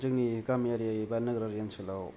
जोंनि गामियारि बा नोगोरारि ओनसोलाव